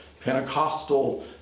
Pentecostal